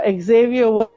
Xavier